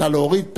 נא להוריד.